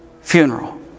funeral